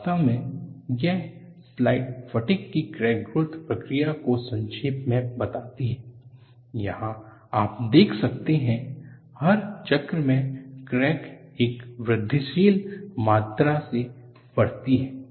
वास्तव में यह स्लाइड फटिग की क्रैक ग्रोथ प्रक्रिया को संक्षेप में बताती है जहां आप देख सकते हैं हर चक्र मे क्रैक एक वृद्धिशील मात्रा से बढ़ती है